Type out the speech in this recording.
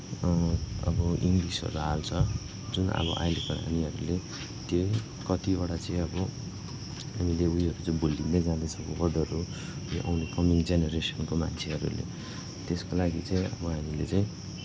अब इङ्लिसहरू हाल्छ जुन अब अहिले त नानीहरूले त्यही कतिवटा चाहिँ अब हामीले उयोहरू चाहिँ भुलिँदै जाँदैछौँ वर्डहरू यो आउने कमिङ जेनेरेसनहरूको मान्छेहरूले त्यसको लागि चाहिँ अब हामीले चाहिँ